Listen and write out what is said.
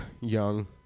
young